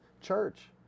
church